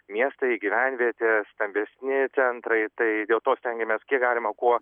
miestai gyvenvietės stambesni centrai tai dėl to stengiamės kiek galima kuo